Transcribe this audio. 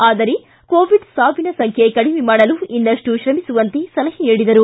ಆದರೆ ಕೋವಿಡ್ ಸಾವಿನ ಸಂಖ್ಯೆ ಕಡಿಮೆ ಮಾಡಲು ಇನ್ನಷ್ಟು ಶ್ರಮಿಸುವಂತೆ ಸಲಹೆ ನೀಡಿದರು